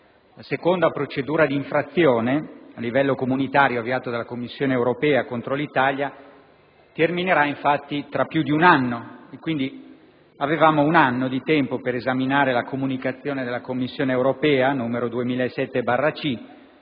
La seconda procedura d'infrazione a livello comunitario, avviata dalla Commissione europea contro l'Italia, terminerà infatti tra più di un anno e, quindi, avevamo un anno di tempo per esaminare la comunicazione della Commissione europea 2007/C